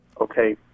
Okay